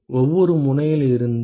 ஒவ்வொரு முனையிலிருந்தும்